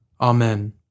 Amen